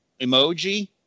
emoji